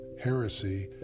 heresy